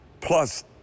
plus